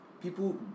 people